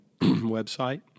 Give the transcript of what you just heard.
website